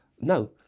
No